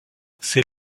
ses